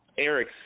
Eric